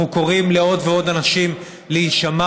אנחנו קוראים לעוד ועוד אנשים להישמע